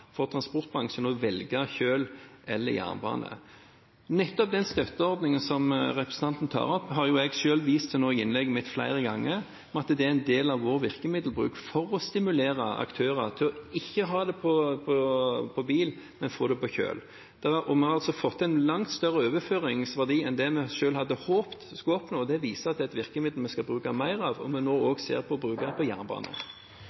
for transportbransjen å velge kjøl eller jernbane. Nettopp den støtteordningen som representanten tar opp, har jeg nå selv vist til i mitt innlegg flere ganger – at den er en del av vår virkemiddelbruk for å stimulere aktører til ikke å ha gods på bil, men få det på kjøl. Vi har fått en langt større overføringsverdi enn det vi selv hadde håpet vi skulle oppnå. Det viser at dette er et virkemiddel vi skal bruke mer av, og vi ser nå